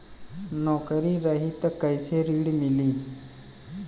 नौकरी रही त कैसे ऋण मिली?